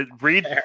read